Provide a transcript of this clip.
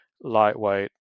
lightweight